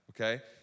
Okay